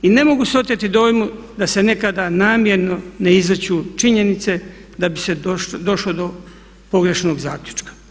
I ne mogu se oteti dojmu da se nekada namjerno ne izriču činjenice da bi se došlo do pogrešnog zaključka.